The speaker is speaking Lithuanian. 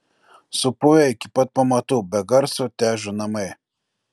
supuvę iki pat pamatų be garso težo namai